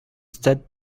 stade